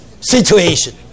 situation